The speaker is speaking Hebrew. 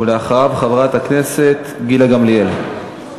ואחריו, חברת הכנסת גילה גמליאל.